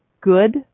good